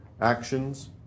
actions